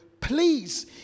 please